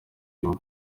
rimwe